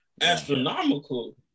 astronomical